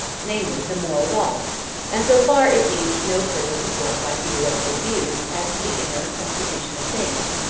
namely, the moral law and so far it needs no further support by theoretical views as to the inner constitution of things,